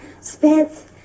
Spence